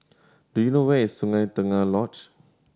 do you know where is Sungei Tengah Lodge